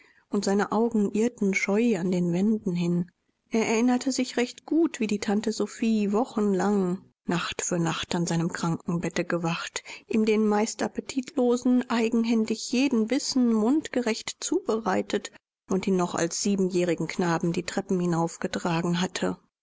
und seine augen irrten scheu an den wänden hin er erinnerte sich recht gut wie die tante sophie wochenlang nacht für nacht an seinem krankenbette gewacht ihm dem meist appetitlosen eigenhändig jeden bissen mundgerecht zubereitet und ihn noch als siebenjährigen knaben die treppen hinaufgetragen hatte